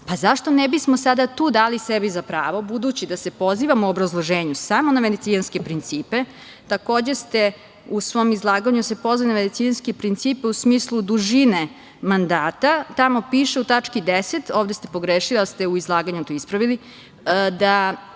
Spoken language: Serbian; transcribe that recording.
Zašto ne bismo sada tu dali sebi za pravo, budući da se pozivamo u obrazloženju samo na Venecijanske principe? Takođe ste se u svom izlaganju pozvali na Venecijanske principe u smislu dužine mandata. Tamo piše u tački 10, ovde ste pogrešili, pa ste u izlaganju to ispravili, da